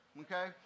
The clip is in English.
okay